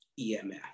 EMF